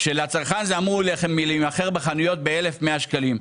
כאשר לצרכן זה אמור להימכר בחנויות ב-1,100 שקלים.